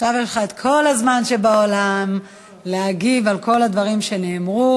עכשיו יהיה לך כל הזמן שבעולם להגיב על כל הדברים שנאמרו,